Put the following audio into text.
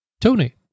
Tony